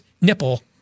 nipple